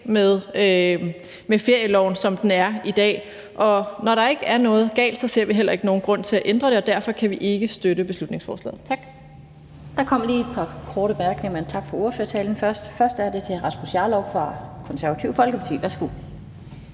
med ferieloven, som den er i dag, og når der ikke er noget galt, ser vi heller ikke nogen grund til at ændre det, og derfor kan vi ikke støtte beslutningsforslaget. Tak.